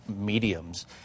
mediums